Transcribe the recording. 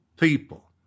people